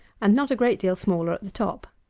and not a great deal smaller at the top.